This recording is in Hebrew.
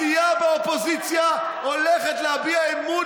סיעה באופוזיציה הולכת להביע אמון